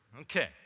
Okay